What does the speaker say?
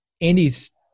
Andy's